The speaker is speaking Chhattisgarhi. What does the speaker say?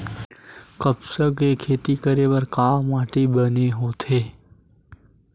कपास के खेती करे बर का माटी बने होथे?